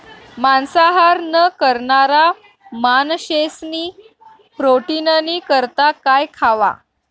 मांसाहार न करणारा माणशेस्नी प्रोटीननी करता काय खावा